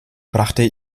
brachte